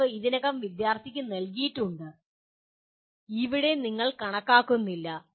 തെളിവ് ഇതിനകം വിദ്യാർത്ഥിക്ക് നൽകിയിട്ടുണ്ട് ഇവിടെ നിങ്ങൾ കണക്കാക്കുന്നില്ല